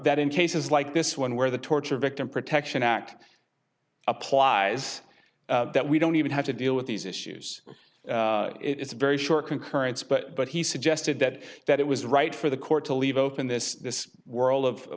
that in cases like this one where the torture victim protection act applies that we don't even have to deal with these issues it's a very short concurrence but he suggested that that it was right for the court to leave open this world of